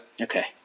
okay